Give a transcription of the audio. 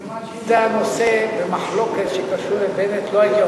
אם זה היה נושא במחלוקת שקשור לבנט לא הייתי עונה,